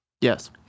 Yes